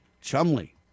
Chumley